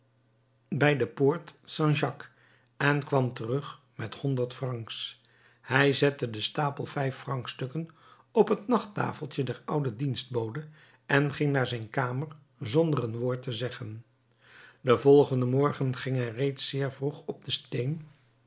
hij de poort st jacques en kwam terug met honderd francs hij zette den stapel vijffrancstukken op het nachttafeltje der oude dienstbode en ging naar zijn kamer zonder een woord te zeggen den volgenden morgen ging hij reeds zeer vroeg op den